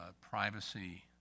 privacy